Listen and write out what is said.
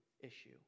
issue